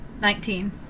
Nineteen